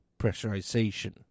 pressurization